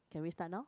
can we start now